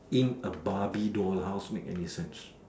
in a barbie doll house make any sense